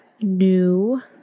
new